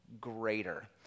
greater